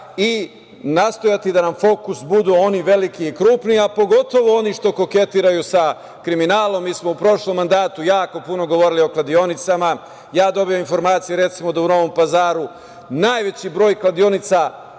i nastojati da nam fokus budu oni veliki, krupni, a pogotovo oni što koketiraju sa kriminalom. Mi smo u prošlom mandatu jako puno govorili o kladionicama. Dobijam informacije, recimo, da u Novom Pazaru najveći broj kladionica